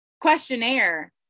questionnaire